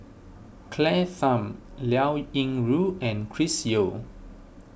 Claire Tham Liao Yingru and Chris Yeo